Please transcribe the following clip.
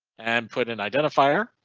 and put an identifier.